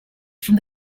from